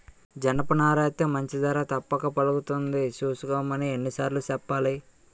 జనపనారేస్తే మంచి ధర తప్పక పలుకుతుంది సూసుకోమని ఎన్ని సార్లు సెప్పాలి?